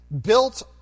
Built